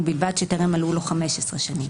ובלבד שטרם מלאו לו 15 שנים."